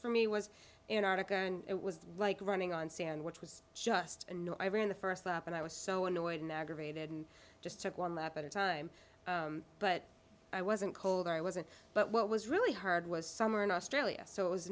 for me was in arctic and it was like running on sand which was just a no i ran the first lap and i was so annoyed and aggravated and just took one lap at a time but i wasn't cold i wasn't but what was really hard was somewhere in australia so it was